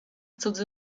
cudzy